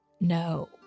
No